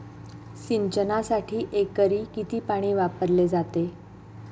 सिंचनासाठी एकरी किती पाणी वापरले जाते?